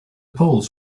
polls